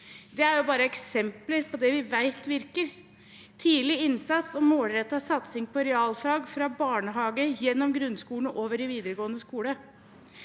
Det er bare eksempler på det vi vet virker: tidlig innsats og målrettet satsing på realfag fra barnehage, gjennom grunnskolen og over i videregående skole.